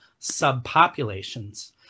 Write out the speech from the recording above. subpopulations